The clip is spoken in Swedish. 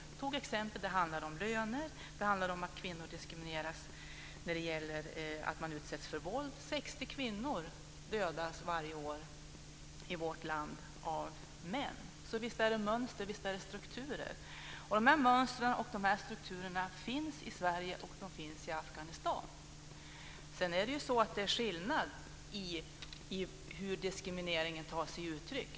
Han anförde exempel som handlade om löner, om att kvinnor utsätts för våld - 60 kvinnor dödas varje år i vårt land av män - så visst finns det mönster och strukturer. Dessa mönster och strukturer finns i Sverige och i Afghanistan. Sedan är det skillnad i hur diskrimineringen tar sig uttryck.